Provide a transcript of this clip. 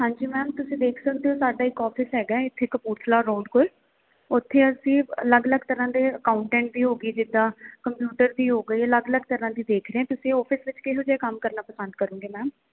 ਹਾਂਜੀ ਮੈਮ ਤੁਸੀਂ ਦੇਖ ਸਕਦੇ ਹੋ ਸਾਡਾ ਇੱਕ ਆਫਿਸ ਹੈਗਾ ਇੱਥੇ ਕਪੂਰਥਲਾ ਰੋਡ ਕੋਲ ਉੱਥੇ ਅਸੀਂ ਅਲੱਗ ਅਲੱਗ ਤਰ੍ਹਾਂ ਦੇ ਅਕਾਊਂਟੈਂਟ ਵੀ ਹੋ ਗਈ ਜਿੱਦਾਂ ਕੰਪਿਊਟਰ ਦੀ ਹੋ ਗਈ ਅਲੱਗ ਅਲੱਗ ਤਰ੍ਹਾਂ ਦੀ ਦੇਖ ਰਹੇ ਤੁਸੀਂ ਆਫਿਸ ਵਿੱਚ ਕਿਹੋ ਜਿਹੇ ਕੰਮ ਕਰਨਾ ਪਸੰਦ ਕਰੋਗੇ ਮੈਮ